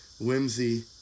whimsy